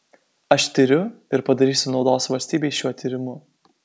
aš tiriu ir padarysiu naudos valstybei šiuo tyrimu